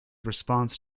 response